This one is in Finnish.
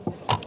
lut